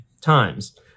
times